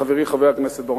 חברי חבר הכנסת בר-און.